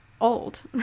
old